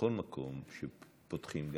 שבכל מקום שפותחים בו,